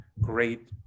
great